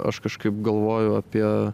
aš kažkaip galvoju apie